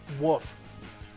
wolf